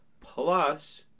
plus